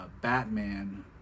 batman